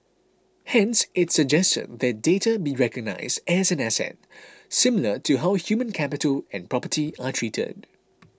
hence it suggested that data be recognised as an asset similar to how human capital and property are treated